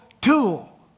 tool